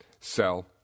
sell